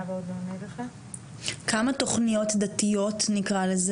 כמה תוכניות דתיות יש?